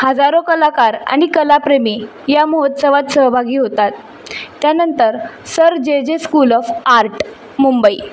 हजारो कलाकार आणि कलाप्रेमी या महोत्सवात सहभागी होतात त्यानंतर sir J J school of art Mumbai